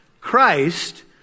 Christ